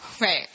Right